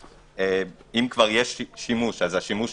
ואם כבר יש שימוש, השימוש